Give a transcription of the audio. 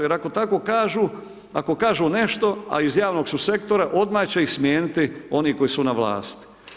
Jer ako tako kažu, ako kažu nešto a iz javnog su sektora odmah će ih smijeniti oni koji su na vlasti.